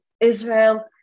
Israel